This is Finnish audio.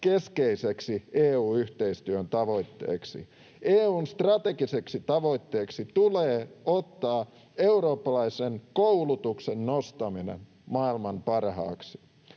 keskeisiksi EU-yhteistyön tavoitteiksi. EU:n strategiseksi tavoitteeksi tulee ottaa eurooppalaisen koulutuksen nostaminen maailman parhaaksi.